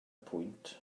pwynt